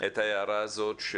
את ההערה הזאת.